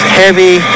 heavy